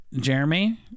Jeremy